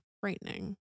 frightening